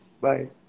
Bye